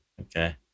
Okay